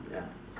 ya